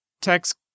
text